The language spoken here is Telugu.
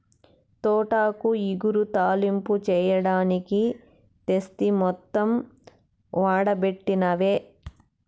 తోటాకు ఇగురు, తాలింపు చెయ్యడానికి తెస్తి మొత్తం ఓడబెట్టినవే